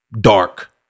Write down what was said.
Dark